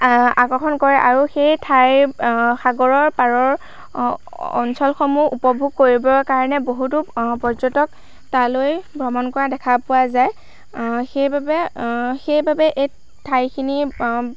আকৰ্ষণ কৰে আৰু সেই ঠাইৰ সাগৰৰ পাৰৰ অঞ্চলসমূহ উপভোগ কৰিবৰ কাৰণে বহুতো পৰ্য্য়টক তালৈ ভ্ৰমণ কৰা দেখা পোৱা যায় সেইবাবে সেইবাবে এই ঠাইখিনি